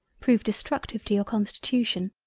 prove destructive to your constitution.